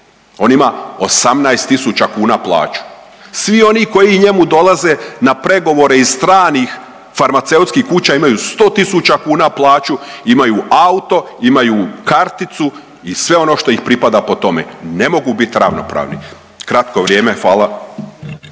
On ima 18.000 kuna plaću. Svi oni koji njemu dolaze na pregovore iz stranih farmaceutskih kuća imaju 100.000 kuna plaću, imaju auto, imaju karticu i sve ono što ih pripada po tome. Ne mogu biti ravnopravni. Kratko vrijeme, hvala.